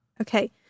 Okay